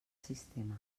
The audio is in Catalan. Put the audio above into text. sistema